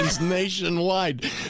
nationwide